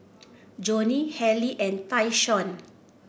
Jonnie Halle and Tayshaun